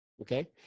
okay